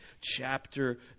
chapter